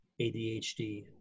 ADHD